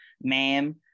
ma'am